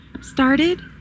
started